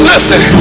Listen